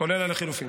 כולל הלחלופין.